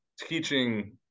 teaching